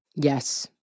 Yes